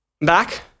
Back